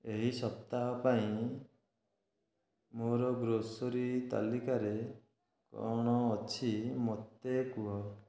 ଏହି ସପ୍ତାହ ପାଇଁ ମୋର ଗ୍ରୋସରୀ ତାଲିକାରେ କ'ଣ ଅଛି ମୋତେ କୁହ